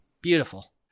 Beautiful